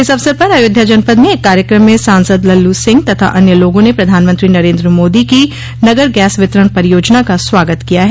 इस अवसर पर अयोध्या जनपद में एक कार्यक्रम में सांसद लल्लू सिंह तथा अन्य लोगा ने प्रधानमंत्री नरेन्द्र मोदी की नगर गैस वितरण परियोजना का स्वागत किया है